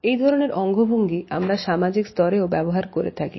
এই ধরনের অঙ্গভঙ্গি আমরা সামাজিক স্তরেও ব্যবহার করে থাকি